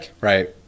Right